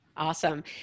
Awesome